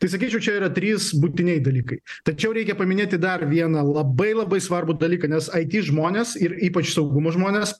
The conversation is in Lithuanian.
tai sakyčiau čia yra trys buitinieji dalykai tačiau reikia paminėti dar vieną labai labai svarbų dalyką nes it žmonės ir ypač saugumo žmonės